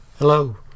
Hello